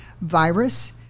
virus